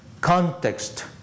context